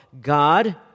God